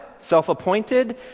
self-appointed